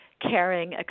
caring